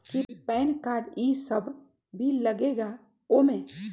कि PAN card इ सब भी लगेगा वो में?